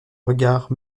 regards